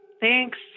Thanks